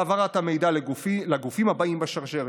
העברת המידע לגופים הבאים בשרשרת,